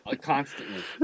constantly